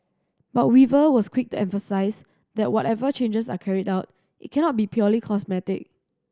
but Weaver was quick to emphasise that whatever changes are carried out it cannot be purely cosmetic